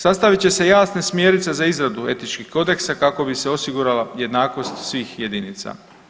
Sastavit će se jasne smjernice za izradu etičkih kodeksa kako bi se osigurala jednakost svih jedinica.